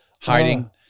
hiding